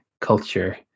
culture